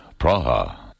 Praha